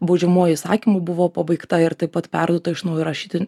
baudžiamuoju įsakymu buvo pabaigta ir taip pat perduota iš naujo rašyti